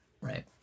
right